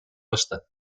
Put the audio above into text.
osta